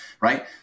right